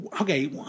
okay